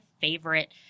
favorite